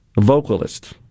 vocalist